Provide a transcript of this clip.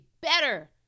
better